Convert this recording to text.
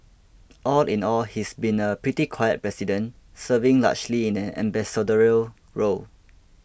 all in all he's been a pretty quiet president serving largely in an ambassadorial role